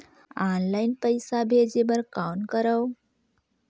Online पईसा भेजे बर कौन करव?